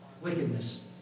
Wickedness